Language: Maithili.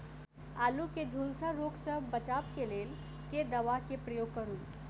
आलु केँ झुलसा रोग सऽ बचाब केँ लेल केँ दवा केँ प्रयोग करू?